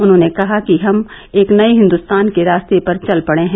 उन्होंने कहा कि हम एक नए हिन्दुस्तान के रास्ते पर चल पड़े हैं